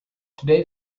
today